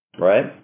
Right